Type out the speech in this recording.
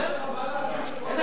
אתה לא מגיב על שום דבר אחר?